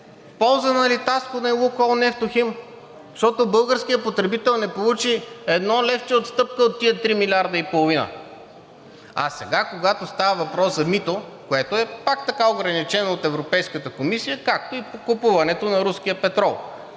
полза на „Литаско“, на „Лукойл Нефтохим“. Защото българският потребител не получи едно левче отстъпка от тези 3,5 милиарда. А сега, когато става въпрос за мито, което пак така е ограничено от Европейската комисия, както и купуването на руския петрол